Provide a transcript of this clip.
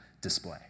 display